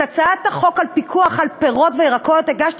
ואת הצעת החוק על פיקוח על מחירי פירות וירקות הגשתי